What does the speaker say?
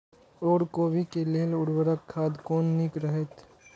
ओर कोबी के लेल उर्वरक खाद कोन नीक रहैत?